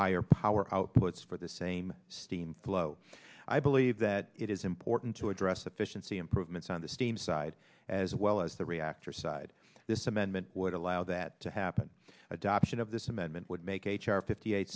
higher power outputs for the same steam flow i believe that it is important to address the fission see improvements on the steam side as well as the reactor side this amendment would allow that to happen adoption of this amendment would make h r fifty eight